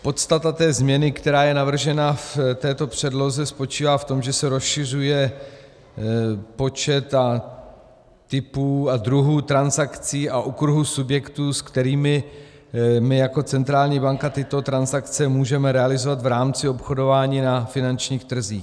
Podstata té změny, která je navržena v této předloze, spočívá v tom, že se rozšiřuje počet typů a druhů transakcí a okruhů subjektů, se kterými my jako centrální banka tyto transakce můžeme realizovat v rámci obchodování na finančních trzích.